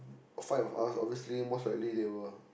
five of us obviously most likely they will